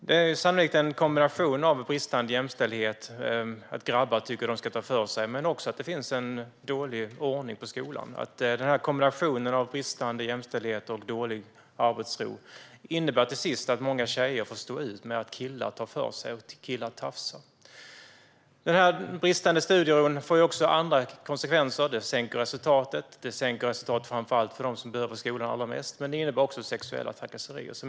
Det är sannolikt en kombination av bristande jämställdhet - grabbar tycker att de ska ta för sig - och dålig ordning i skolan. Kombinationen av bristande jämställdhet och dålig arbetsro innebär till sist att många tjejer får stå ut med att killar tar för sig och tafsar. Den bristande studieron får också andra konsekvenser. Resultaten sänks, framför allt för dem som behöver skolan allra mest. Men detta innebär också sexuella trakasserier.